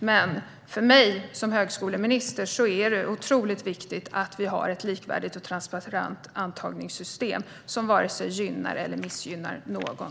Men för mig som högskoleminister är det otroligt viktigt att vi har ett likvärdigt och transparent antagningssystem som varken gynnar eller missgynnar någon.